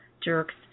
Jerks